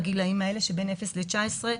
בגילאים האלה שבין אפס ל-19,